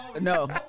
No